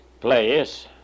place